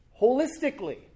holistically